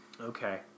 okay